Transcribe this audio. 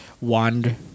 wand